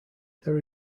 there